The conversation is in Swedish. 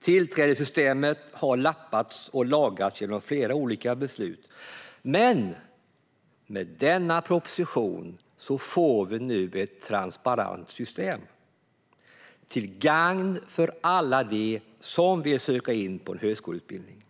Tillträdessystemet har lappats och lagats genom flera olika beslut, men med denna proposition får vi nu ett transparent system, till gagn för alla som vill söka in på en högskoleutbildning.